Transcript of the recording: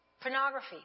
pornography